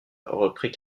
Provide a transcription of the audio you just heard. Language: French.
reprit